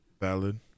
Valid